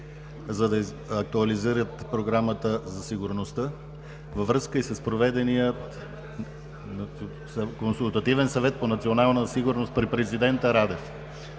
за да актуализират програмата за сигурността във връзка и с проведения Консултативен съвет по национална сигурност при президента Радев.